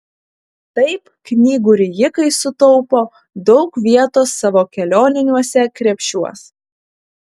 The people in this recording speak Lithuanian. taip knygų rijikai sutaupo daug vietos savo kelioniniuose krepšiuos